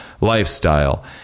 lifestyle